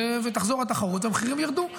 תחזור התחרות והמחירים ירדו.